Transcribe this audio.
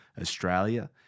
Australia